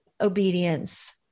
obedience